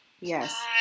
Yes